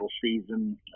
season